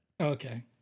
Okay